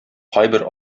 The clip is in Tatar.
кайбер